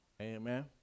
Amen